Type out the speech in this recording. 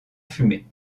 fumée